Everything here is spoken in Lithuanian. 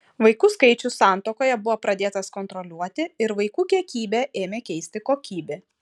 vaikų skaičius santuokoje buvo pradėtas kontroliuoti ir vaikų kiekybę ėmė keisti kokybė